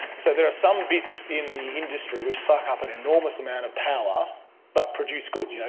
so there are some bits in the industry which suck up an enormous amount of power but produce goods. you know